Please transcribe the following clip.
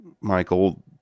Michael